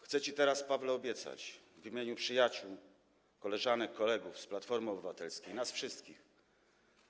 Chcę ci teraz, Pawle, obiecać w imieniu przyjaciół, koleżanek, kolegów z Platformy Obywatelskiej, nas wszystkich,